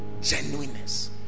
Genuineness